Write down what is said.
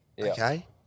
Okay